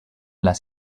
las